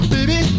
Baby